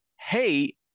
hey